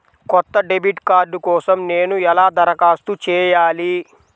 కొత్త debit card కోసం నేను ఎలా దరఖాస్తు చేయాలి?